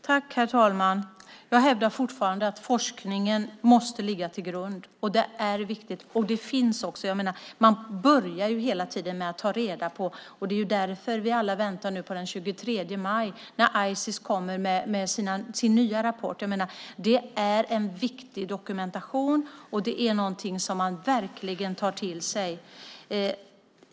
Herr talman! Jag hävdar fortfarande att forskningen måste ligga till grund, och det är viktigt. Man börjar hela tiden med att utreda. Det är därför vi alla väntar på att Ices den 23 maj ska komma med sin nya rapport. Det är en viktig dokumentation, och det är någonting som man verkligen tar till sig.